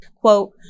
Quote